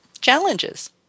challenges